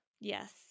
yes